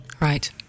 Right